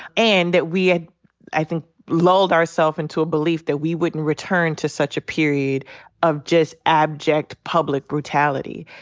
and that we had i think lulled ourself into a belief that we wouldn't return to such a period of just abject public brutality.